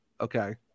okay